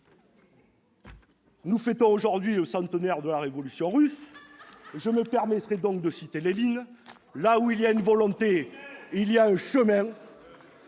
nous fêtons aujourd'hui le centenaire de la révolution russe, permettez-moi de citer Lénine :« Là où il y a une volonté, il y a un chemin